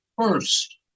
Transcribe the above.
first